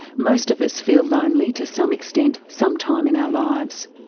most of us feel lonely to some extent, some time in our lives.